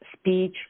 speech